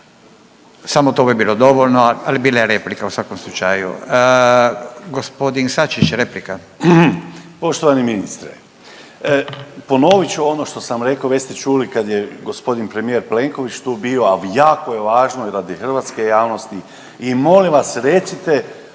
Samo to bi bilo dovoljno, ali bila je replika u svakom slučaju. G. Sačić, replika. **Sačić, Željko (Hrvatski suverenisti)** Poštovani. Ponovit ću ono što sam rekao, već ste čuli kad je g. premijer Plenković tu bio, a jako je važno i radi hrvatske javnosti i molim vas, recite